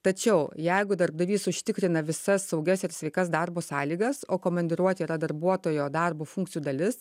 tačiau jeigu darbdavys užtikrina visas saugias ir sveikas darbo sąlygas o komandiruotė yra darbuotojo darbo funkcijų dalis